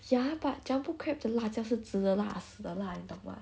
ya but jumbo crab 的辣椒是值得辣死的辣你懂吗